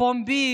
פומבי